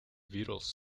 beatles